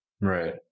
right